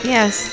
Yes